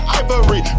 ivory